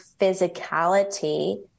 physicality